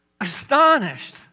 astonished